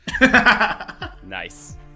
Nice